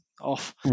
off